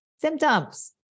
symptoms